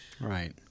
Right